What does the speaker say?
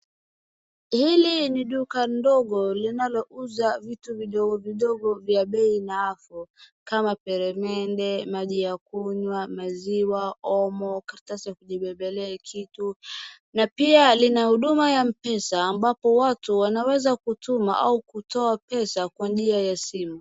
Hili ni duka ndogo linalouza vitu vidogo vidogo vya bei nafuu kama peremende, maji ya kunywa, maziwa, omo, karatasi ya kujibebelea vitu na pia lina huduma la pesa ambapo watu wanaweza kutuma au kutoa pesa kwa njia ya simu.